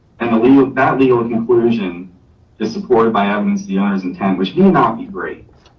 and the legal that legal conclusion is supported by evidence, the honors and ten, which may not be great.